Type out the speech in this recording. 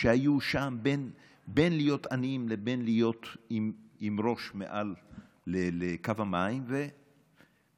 שהיו שם בין להיות עניים לבין להיות עם ראש מעל קו המים ומבקשים